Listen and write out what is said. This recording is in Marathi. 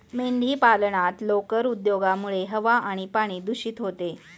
मेंढीपालनात लोकर उद्योगामुळे हवा आणि पाणी दूषित होते